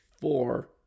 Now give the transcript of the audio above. Four